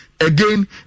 Again